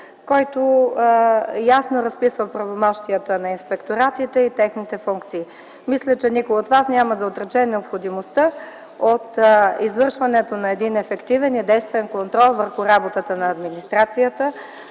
който ясно разписва правомощията на инспекторатите и техните функции. Мисля, че никой от вас няма да отрече необходимостта от извършването на ефективен и действен контрол върху работата на администрацията,